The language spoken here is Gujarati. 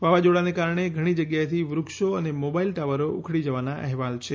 વાવાઝોડાને કારણે ઘણી જગ્યાએથી વૃક્ષો અને મોબાઇલ ટાવરો ઉખડી જવાના અહેવાલ છે